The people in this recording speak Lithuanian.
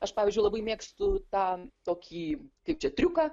aš pavyzdžiui labai mėgstu tą tokį kaip čia triuką